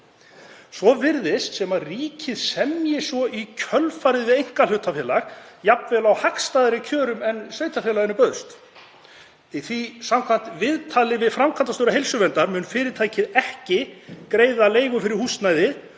Svo virðist sem ríkið semji svo í kjölfarið við einkahlutafélag, jafnvel á hagstæðari kjörum en sveitarfélaginu bauðst, því að samkvæmt viðtali við framkvæmdastjóra Heilsuverndar mun fyrirtækið ekki greiða leigu fyrir húsnæðið